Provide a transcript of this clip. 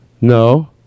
No